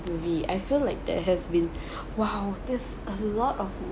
movie I feel like there has been !wow! there's a lot of